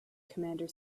commander